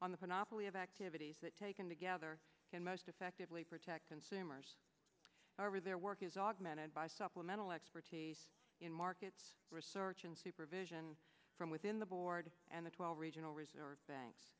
on the panopoulos of activities that taken together can most effectively protect consumers over their work is augmented by supplemental expertise in markets research and supervision from within the board and the twelve regional reserve bank